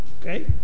okay